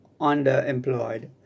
underemployed